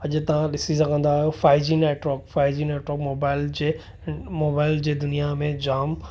अॼु तव्हां ॾिसी सघंदा आहियो five G network five G network mobile जे मोबाइल जे दुनिया में जाम